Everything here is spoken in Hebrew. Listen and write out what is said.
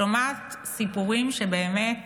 שומעת סיפורים שבאמת